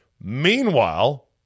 Meanwhile